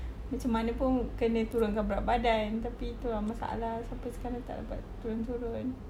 macam mana pun kena turunkan berat badan tapi itu lah masalah sampai sekarang tak boleh turun-turun